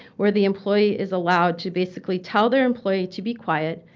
where the employee is allowed to basically tell their employee to be quiet,